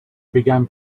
began